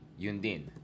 Yundin